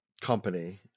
company